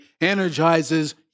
energizes